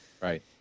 Right